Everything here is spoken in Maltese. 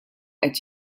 qed